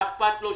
מה אכפת לו?